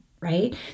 right